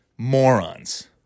morons